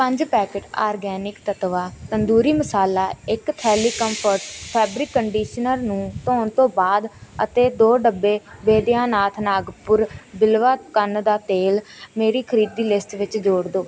ਪੰਜ packet organic Tattva tandoori masala ਇੱਕ ਥੈਲੀ ਕਮਫੋਰਟ ਫੈਬਰਿਕ ਕੰਡੀਸ਼ਨਰ ਨੂੰ ਧੋਣ ਤੋਂ ਬਾਅਦ ਅਤੇ ਦੋ ਡੱਬੇ ਬੈਦਿਆਨਾਥ ਨਾਗਪੁਰ ਬਿਲਵਾ ਕੰਨ ਦਾ ਤੇਲ ਮੇਰੀ ਖਰੀਦੀ ਲਿਸਟ ਵਿੱਚ ਜੋੜ ਦਿਉ